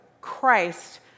Christ